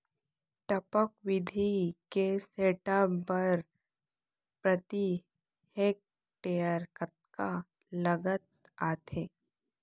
टपक विधि के सेटअप बर प्रति हेक्टेयर कतना लागत आथे?